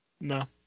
No